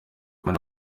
kumwe